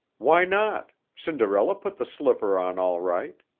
why not? cinderella put the slipper on all right!